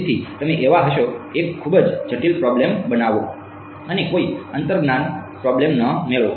તેથી તમે એવા હશો એક ખૂબ જ જટિલ પ્રોબ્લેમ બનાવો અને કોઈ અંતર્જ્ઞાન પ્રોબ્લેમ ન મેળવો